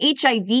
HIV